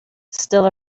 still